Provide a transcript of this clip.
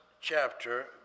chapter